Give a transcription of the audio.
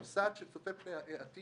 הוא סעד שצופה פני עתיד,